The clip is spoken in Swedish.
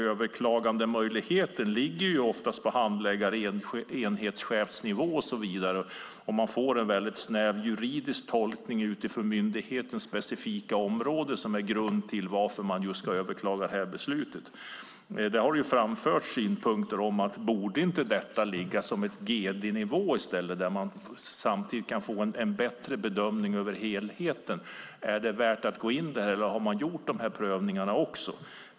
Överklagandemöjligheten ligger oftast på handläggare på enhetschefsnivå, och det görs en väldigt snäv juridisk tolkning utifrån myndighetens specifika område. Det är en grund till att man överklagar ett beslut. Det har framförts synpunkter om att detta i stället borde ligga på gd-nivå, där man kan göra en bättre bedömning av helheten, om det är värt att gå in i det här och om prövningar har gjorts.